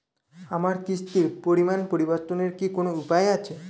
আমার কিস্তির পরিমাণ পরিবর্তনের কি কোনো উপায় আছে?